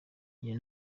iyo